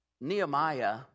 Nehemiah